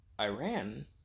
Iran